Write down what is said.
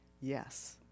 Yes